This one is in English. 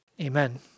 Amen